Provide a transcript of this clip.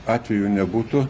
atvejų nebūtų